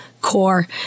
core